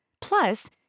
Plus